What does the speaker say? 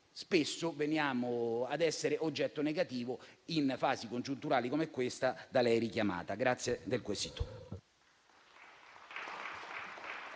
spesso veniamo ad essere oggetto negativo in fasi congiunturali come questa da lei richiamata.